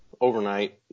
overnight